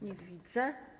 Nie widzę.